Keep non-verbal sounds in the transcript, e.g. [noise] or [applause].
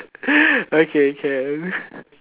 [breath] okay can